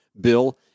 bill